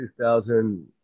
2000